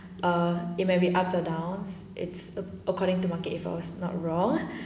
err it may be ups or downs it's a~ according to market if I was not wrong